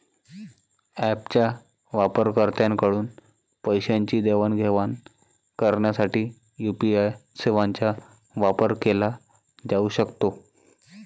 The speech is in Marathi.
ऍपच्या वापरकर्त्यांकडून पैशांची देवाणघेवाण करण्यासाठी यू.पी.आय सेवांचा वापर केला जाऊ शकतो